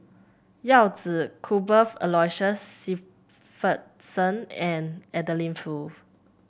Yao Zi Cuthbert Aloysius Shepherdson and Adeline Foo